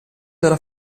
dalla